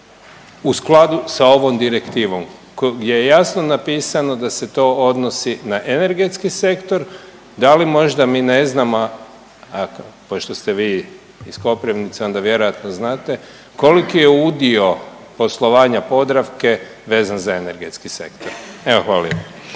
u skladu sa ovom direktivom gdje je jasno napisano da se to odnosi na energetski sektor. Da li možda mi ne znamo a pošto ste vi iz Koprivnice onda vjerojatno znate koliki je udio poslovanja Podravke vezan za energetski sektor. Evo hvala